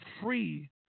free